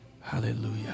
Hallelujah